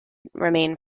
remain